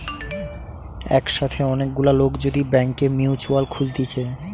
একসাথে অনেক গুলা লোক যদি ব্যাংকে মিউচুয়াল খুলতিছে